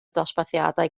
dosbarthiadau